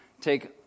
take